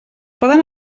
poden